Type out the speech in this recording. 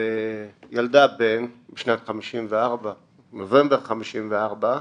היא ילדה בן בנובמבר 54',